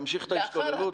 להמשיך את ההשתוללות?